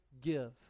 give